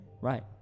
right